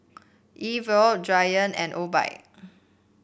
E TWOW Giant and Obike